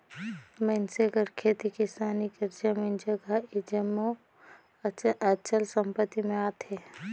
मइनसे कर खेती किसानी कर जमीन जगहा ए जम्मो अचल संपत्ति में आथे